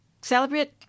celebrate